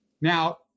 Now